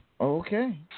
Okay